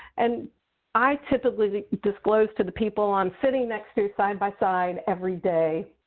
and i typically disclose to the people i am sitting next to side by side every day.